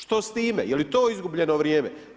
Što s time, jeli to izgubljeno vrijeme?